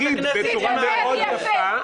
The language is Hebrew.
תדבר יפה.